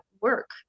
work